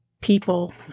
people